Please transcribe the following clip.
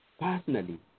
personally